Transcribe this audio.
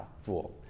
fool